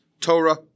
Torah